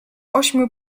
ośmiu